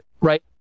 right